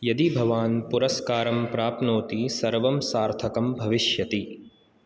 यदि भवान् पुरस्कारं प्राप्नोति सर्वं सार्थकं भविष्यति